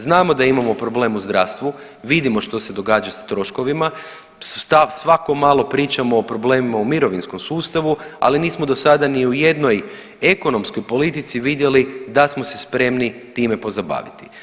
Znamo da imamo problem u zdravstvu, vidimo što se događa sa troškovima, svako malo pričamo o problemima u mirovinskom sustavu, ali nismo do sada ni u jednoj ekonomskoj politici vidjeli da smo se spremni time pozabaviti.